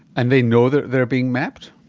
and they know that they are being mapped?